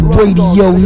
Radio